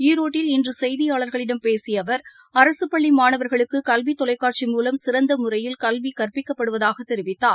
ஈரோட்டில் செய்தியாளர்களிடம் பேசிய அவர் அரசுப் பள்ளி மாணவர்களுக்கு கல்வி தொலைக்காட்சி மூலம் சிறந்த முறையில் கல்வி கற்பிக்கப்படுவதாக தெரிவித்தார்